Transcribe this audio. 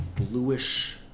bluish